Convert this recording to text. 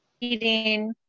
eating